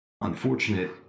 unfortunate